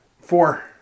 Four